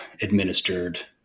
administered